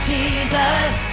Jesus